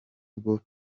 bwo